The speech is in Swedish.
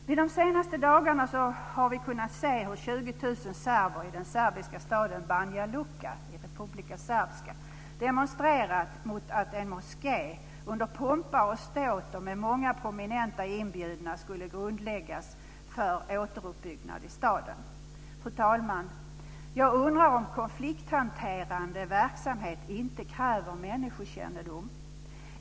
Vi har de senaste dagarna kunnat se hur 20 000 Srpska demonstrerat mot att en moské under pompa och ståt och med många prominenta inbjudna skulle grundläggas för återuppbyggnad i staden. Fru talman! Jag undrar om konflikthanterande verksamhet inte kräver människokännedom.